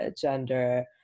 gender